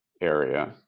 area